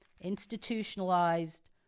Institutionalized